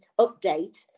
update